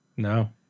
No